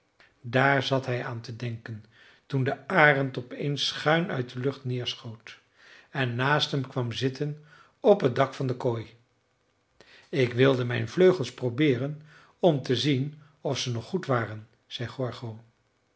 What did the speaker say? daar zat hij aan te denken toen de arend op eens schuin uit de lucht neerschoot en naast hem kwam zitten op het dak van de kooi ik wilde mijn vleugels probeeren om te zien of ze nog goed waren zei